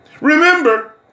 Remember